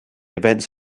events